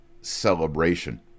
celebration